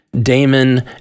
Damon